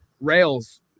rails